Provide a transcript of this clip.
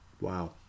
Wow